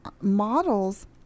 models